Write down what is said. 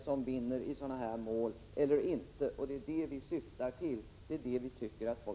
Vi tycker att folk skall ha möjlighet till ersättning — det är den lösningen vi syftar till.